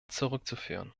zurückzuführen